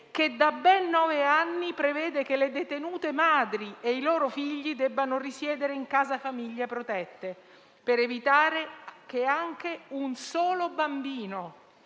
che da ben nove anni prevede che le detenute madri e i loro figli debbano risiedere in case-famiglia protette, per evitare che anche un solo bambino